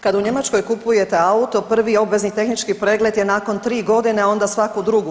Kad u Njemačkoj kupujete auto, prvi obvezni tehnički pregled je nakon 3 godine, a onda svaku drugu.